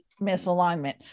misalignment